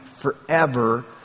forever